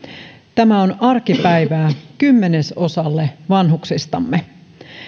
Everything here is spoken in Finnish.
tämä on arkipäivää kymmenesosalle vanhuksistamme